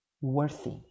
worthy